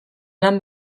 lan